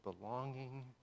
belonging